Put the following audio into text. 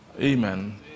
Amen